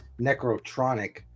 necrotronic